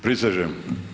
Prisežem.